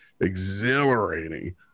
exhilarating